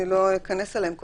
אני לא אכנס אליהם,